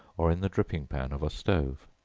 or in the dripping-pan of a stove.